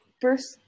first